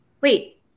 wait